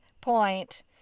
point